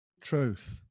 truth